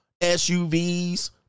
SUVs